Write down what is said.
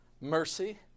mercy